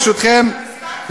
ברשותכם,